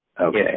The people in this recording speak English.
Okay